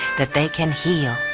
that they can heal,